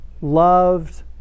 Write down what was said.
loved